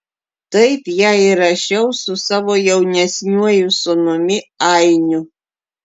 taip ją įrašiau su savo jaunesniuoju sūnumi ainiu